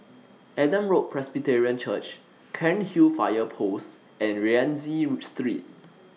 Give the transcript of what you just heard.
Adam Road Presbyterian Church Cairnhill Fire Post and Rienzi Street